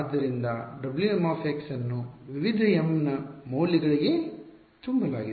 ಆದ್ದರಿಂದ ಆದ್ದರಿಂದ Wm ನ್ನು ವಿವಿಧ M ನ ಮೌಲ್ಯಗಳಿಗೆ ತುಂಬಲಾಗಿದೆ